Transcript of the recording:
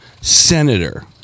senator